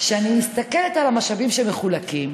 כשאני מסתכלת על המשאבים שמחולקים,